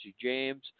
James